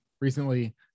recently